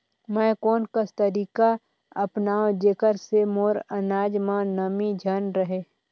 मैं कोन कस तरीका अपनाओं जेकर से मोर अनाज म नमी झन रहे?